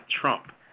Trump